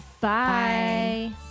Bye